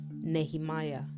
Nehemiah